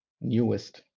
newest